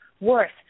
worth